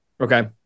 Okay